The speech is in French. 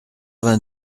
vingt